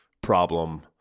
problem